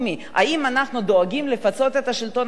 האם אנחנו דואגים לפצות את השלטון המקומי?